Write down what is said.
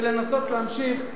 ולנסות להמשיך הלאה,